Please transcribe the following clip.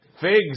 figs